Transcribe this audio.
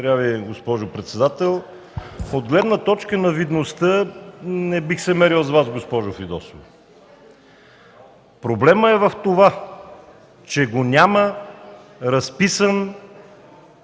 От гледна точка на видността не бих се мерил с Вас, госпожо Фидосова. Проблемът е в това, че го няма разписан